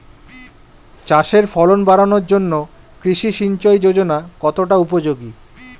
চাষের ফলন বাড়ানোর জন্য কৃষি সিঞ্চয়ী যোজনা কতটা উপযোগী?